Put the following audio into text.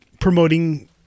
promoting